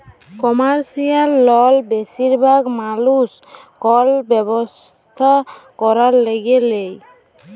commercial লল বেশিরভাগ মালুস কল ব্যবসা ক্যরার ল্যাগে লেই